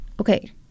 okay